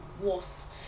worse